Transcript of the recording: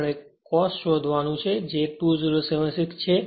આપણે cos શોધવાનું છે જે 2076 છે